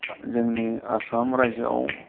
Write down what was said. जोंनि आसाम रायजोआव